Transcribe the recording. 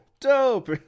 dope